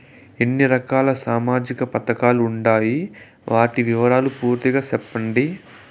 ఎన్ని రకాల సామాజిక పథకాలు ఉండాయి? వాటి వివరాలు పూర్తిగా సెప్పండి?